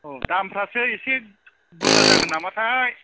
औ दामफ्रासो एसे बुरजा जागोन नामाथाय